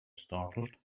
startled